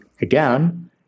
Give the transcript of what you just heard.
again